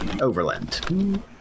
Overland